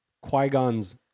Qui-Gon's